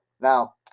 now